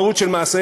המשמעות של מעשיהם,